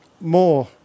more